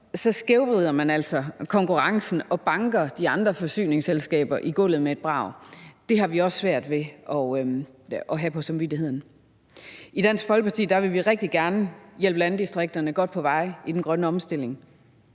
måde skævvrider man konkurrencen og banker de andre forsyningsselskaber i gulvet med et brag. Det har vi også svært ved at have på samvittigheden. I Dansk Folkeparti vil vi rigtig gerne hjælpe landdistrikterne godt på vej i den grønne omstilling,